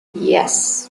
yes